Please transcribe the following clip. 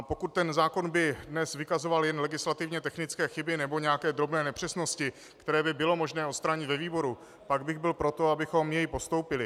Pokud by zákon dnes vykazoval jen legislativně technické chyby nebo nějaké drobné nepřesnosti, které by bylo možné odstranit ve výboru, pak bych byl pro to, abychom jej postoupili.